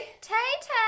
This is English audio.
Tay-Tay